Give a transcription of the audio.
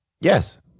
Yes